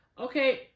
Okay